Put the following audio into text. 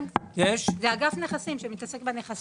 כן, זה אגף נכסים שמתעסק בנכסים.